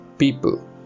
People